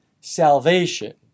salvation